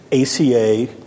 ACA